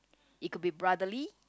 it could be brotherly